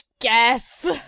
guess